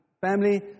family